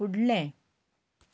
फुडलें